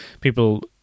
People